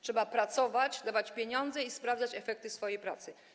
Trzeba pracować, dawać pieniądze i sprawdzać efekty swojej pracy.